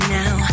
now